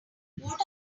what